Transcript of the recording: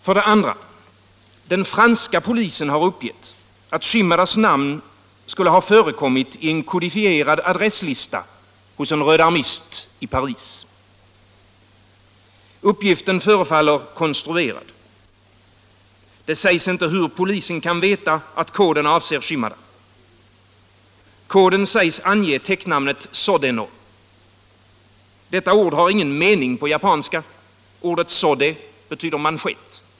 För det andra bör konstateras att franska polisen har uppgett att Shimadas namn förekommit i en kodifierad adresslista hos en rödarmist i Paris. Uppgiften förefaller konstruerad. Det sägs inte hur polisen kan veta att koden avser Shimada. Koden sägs ange täcknamnet Sodeno. Detta ord har ingen mening på japanska; ordet ”sode” betyder manschett.